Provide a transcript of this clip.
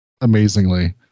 amazingly